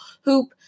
hoop